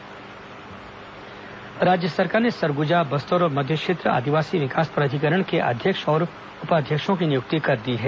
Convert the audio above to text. प्राधिकरण नियुक्ति राज्य सरकार ने सरगुजा बस्तर और मध्य क्षेत्र आदिवासी विकास प्राधिकरण के अध्यक्ष और उपाध्यक्षों की नियुक्ति कर दी है